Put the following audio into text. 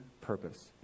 purpose